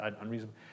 unreasonable